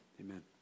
amen